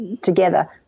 together